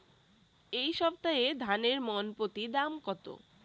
এই সপ্তাহে ধানের মন প্রতি দাম কত?